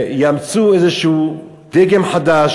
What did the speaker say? יאמצו איזשהו דגם חדש,